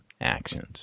actions